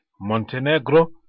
montenegro